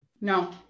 No